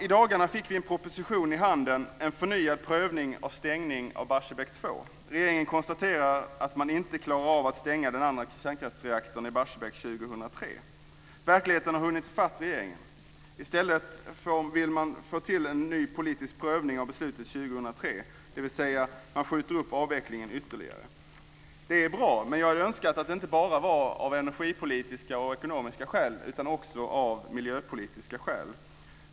I dagarna fick vi på våra bord en proposition rubricerad En förnyad prövning av stängningen av Barsebäck 2. Regeringgen konstaterar att man inte klarar av att stänga den andra kärnkraftsreaktorn i Barsebäck 2003. Verkligheten har hunnit i fatt regeringen. I stället vill man få till en ny politisk prövning av beslutet 2003, vilket betyder att man skjuter upp avvecklingen ytterligare. Det är bra, men jag hade önskat att det inte skulle ske bara av energipolitiska och ekonomiska skäl utan också av miljöpolitiska skäl.